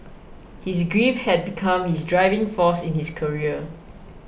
his grief had become his driving force in his career